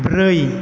ब्रै